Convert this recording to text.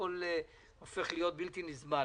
הכול הופך להיות בלתי נסבל.